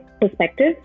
perspective